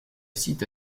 site